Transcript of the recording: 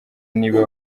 niba